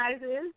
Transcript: sizes